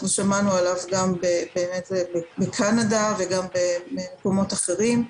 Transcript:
שמענו עליו גם מקנדה וגם ממקומות אחרים.